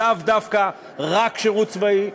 הוא לאו דווקא רק שירות צבאי,